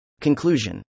Conclusion